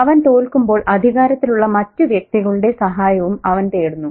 അവൻ തോൽക്കുമ്പോൾ അധികാരത്തിലുള്ള മറ്റു വ്യക്തികളുടെ സഹായവും അവൻ തേടുന്നു